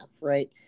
right